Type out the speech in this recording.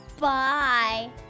Bye